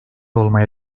olmaya